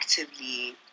actively